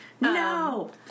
No